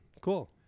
Cool